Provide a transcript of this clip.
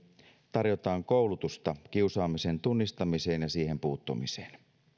tarjotaan koulutusta kiusaamisen tunnistamiseen ja siihen puuttumiseen